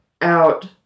out